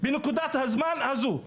בנקודת הזמן הזו,